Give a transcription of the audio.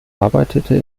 arbeitete